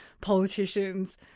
politicians